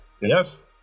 Yes